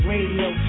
Radio